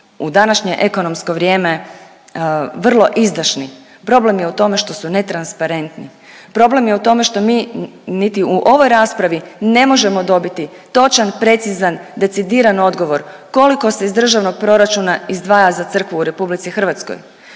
u današnje ekonomsko vrijeme vrlo izdašni. Problem je u tome što su netransparentni, problem je u tome što mi niti u ovoj raspravi ne možemo dobiti točan, precizan, decidiran odgovor koliko se iz državnog proračuna izdvaja za crkvu u Republici Hrvatskoj,